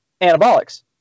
anabolics